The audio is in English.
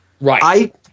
Right